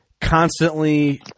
constantly